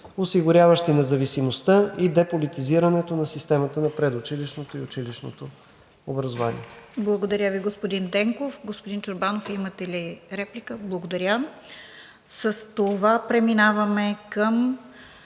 осигуряващи независимостта и деполитизирането на системата на предучилищното и училищното образование. ПРЕДСЕДАТЕЛ РОСИЦА КИРОВА: Благодаря Ви, господин Денков. Господин Чорбанов, имате ли реплика? Благодаря. С това преминаваме към